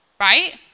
right